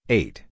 eight